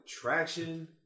attraction